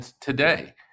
today